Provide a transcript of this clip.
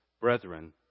brethren